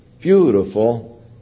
beautiful